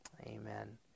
amen